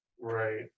right